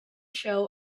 shell